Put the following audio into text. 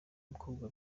mukobwa